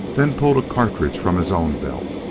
then pulled a cartridge from his own belt.